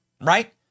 right